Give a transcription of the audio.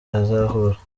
azahura